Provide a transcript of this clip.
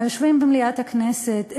מהיושבים במליאת הכנסת,